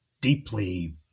deeply